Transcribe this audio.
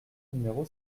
numéro